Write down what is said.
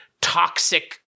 toxic